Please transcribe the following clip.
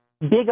big